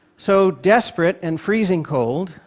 so, desperate and freezing cold,